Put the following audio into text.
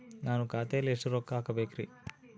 ನಾನು ಖಾತೆಯಲ್ಲಿ ಎಷ್ಟು ರೊಕ್ಕ ಹಾಕಬೇಕ್ರಿ?